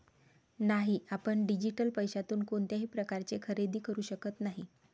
नाही, आपण डिजिटल पैशातून कोणत्याही प्रकारचे खरेदी करू शकत नाही